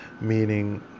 meaning